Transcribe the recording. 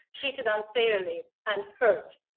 treated unfairly, and hurt.